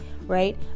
right